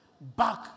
back